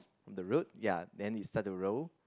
the road ya then it start to roll